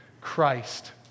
Christ